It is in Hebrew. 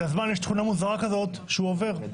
לזמן יש תכונה מוזרה שהוא עובר.